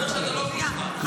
היו"ר, כל הכבוד לך --- חנוך,